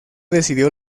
decidió